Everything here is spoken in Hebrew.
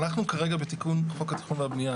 אנחנו כרגע בתיקון חוק התכנון והבנייה,